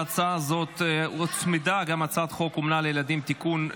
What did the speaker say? להצעה הזו הוצמדה הצעת חוק אומנה לילדים (תיקון,